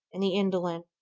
and the indolent,